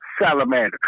salamander